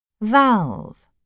valve